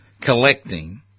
collecting